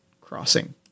crossing